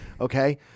okay